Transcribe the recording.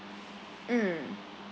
mm